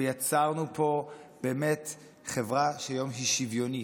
ויצרנו פה באמת חברה שהיא היום שוויונית.